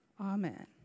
Amen